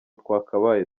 twakabaye